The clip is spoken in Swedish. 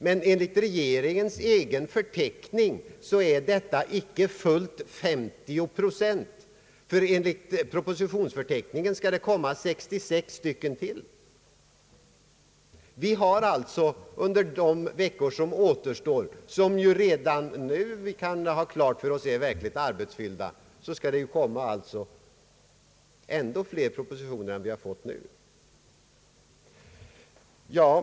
Men enligt regeringens egen förteckning är detta icke fullt 50 procent, ty enligt propositionsförteckningen kommer ytterligare 66 stycken att avlämnas. Under de veckor som återstår, och som vi redan nu har klart för oss kommer att bli verkligt arbetsfyllda, skall det avlämnas ännu fler propositioner än dem vi hittills fått.